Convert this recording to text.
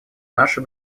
наше